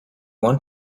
want